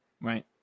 right